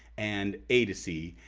and a to c.